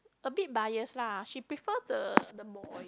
a bit bias lah she prefer the the boy